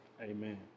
Amen